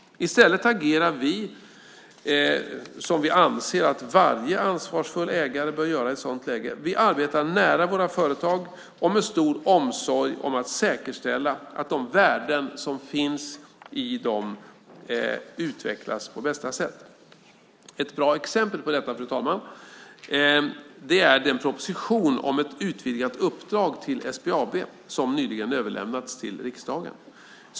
I stället agerar vi som vi anser att varje ansvarsfull ägare bör göra i ett sådant läge. Vi arbetar nära våra företag, och med stor omsorg om att säkerställa att de värden som finns i dem utvecklas på bästa sätt. Ett bra exempel på detta, fru talman, är den proposition om ett utvidgat uppdrag till SBAB som nyligen överlämnades till riksdagen.